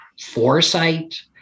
foresight